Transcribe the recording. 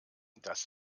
dass